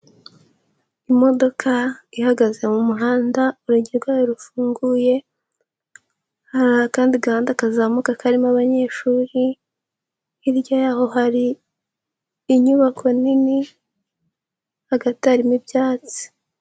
Imodoka ihagaze mu muhanda urugi rwayo rufunguye, hari akandi gahanda kazamuka karimo abanyeshuri, hirya yaho hari inyubako nini, hagati harimo ibyatsi.